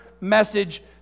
message